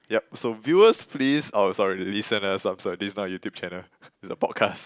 yup so viewers please oh sorry listeners I'm sorry this is not a YouTube channel is a podcast